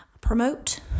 promote